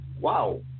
wow